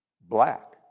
black